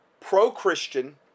pro-Christian